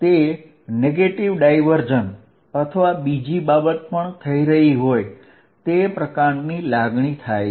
તે negative divergence અથવા કોઈ બીજી બાબત પણ થઈ રહી હોય તે પ્રકારની લાગણી થાય છે